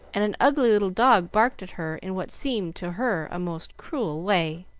and an ugly little dog barked at her in what seemed to her a most cruel way.